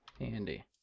Andy